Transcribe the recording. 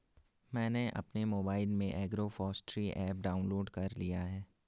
मैंने अपने मोबाइल में एग्रोफॉसट्री ऐप डाउनलोड कर लिया है